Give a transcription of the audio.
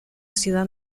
ciudad